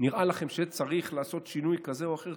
ונראה לכם שצריך לעשות שינוי כזה או אחר,